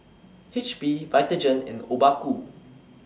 H P Vitagen and Obaku